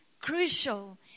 crucial